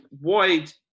wide